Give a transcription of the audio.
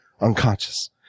unconscious